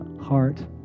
heart